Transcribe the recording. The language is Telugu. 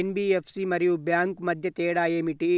ఎన్.బీ.ఎఫ్.సి మరియు బ్యాంక్ మధ్య తేడా ఏమిటి?